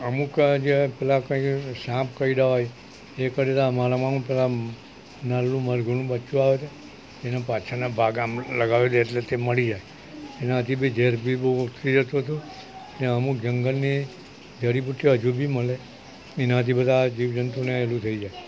અમુક જે પહેલાં કંઇ સાપ કરડ્યા હોય એ કરડે તો અમારામાં શું પેલાં નાનું મરઘીનું બચ્ચું આવે તે એના પાછળના ભાગ આમ લગાવી દે એટલે તે મટી જાય એનાથી બી ઝેર બી બધુ ઉતરી જતો તો અને અમુક જંગલની જડીબુટ્ટીઓ હજુ બી મળે એનાથી બધા જીવજંતુને પેલું થઈ જાય